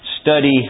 study